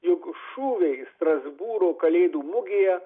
jog šūviai strasbūro kalėdų mugėje